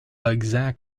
exact